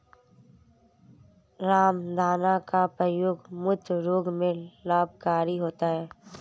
रामदाना का प्रयोग मूत्र रोग में लाभकारी होता है